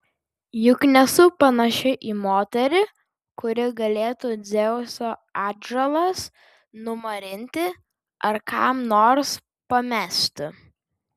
juk nesu panaši į moterį kuri galėtų dzeuso atžalas numarinti ar kam nors pamesti